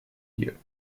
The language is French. lieux